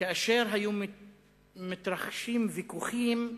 כאשר היו מתרחשים ויכוחים,